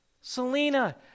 Selena